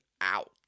out